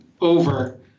over